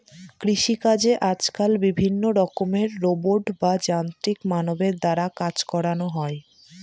কৃষিকাজে আজকাল বিভিন্ন রকমের রোবট বা যান্ত্রিক মানবের দ্বারা কাজ করানো হয়